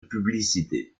publicité